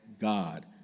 God